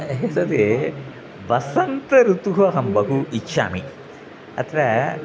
एतद् वसन्तऋतुः अहं बहु इच्छामि अत्र